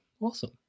awesome